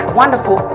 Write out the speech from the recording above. wonderful